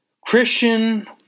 Christian